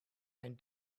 and